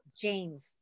James